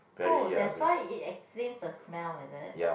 oh that's why it explains the smell is it